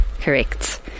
correct